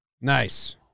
Nice